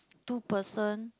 two person